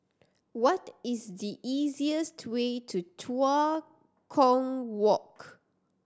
what is the easiest way to Tua Kong Walk